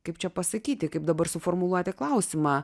kaip čia pasakyti kaip dabar suformuluoti klausimą